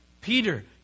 Peter